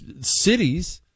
cities